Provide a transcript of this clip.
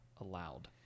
allowed